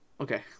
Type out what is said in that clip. Okay